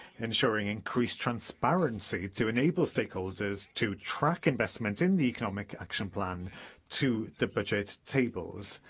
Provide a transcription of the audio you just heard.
ensuring increased transparency to enable stakeholders to track investments in the economic action plan to the budget tables.